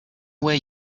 way